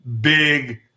big